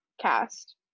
cast